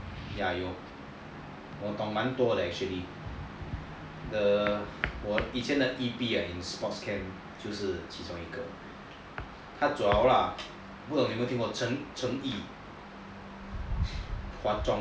ya 有我懂蛮多的 actually the 我以前的 T_P ah I think sports camp 就是其中一个他走了 lah 不懂你有没有听过 chen yi 华中的